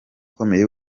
ukomeye